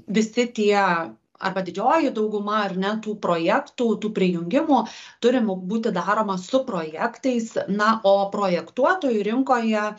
visi tie arba didžioji dauguma ar ne tų projektų tų prijungimų turim būti daroma su projektais na o projektuotojų rinkoje